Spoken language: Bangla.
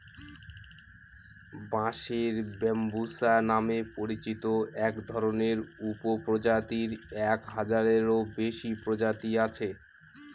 বাঁশের ব্যম্বুসা নামে পরিচিত একধরনের উপপ্রজাতির এক হাজারেরও বেশি প্রজাতি আছে